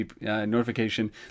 notification